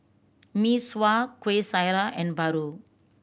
Mee Sua Kuih Syara and paru